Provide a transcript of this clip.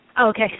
Okay